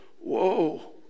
whoa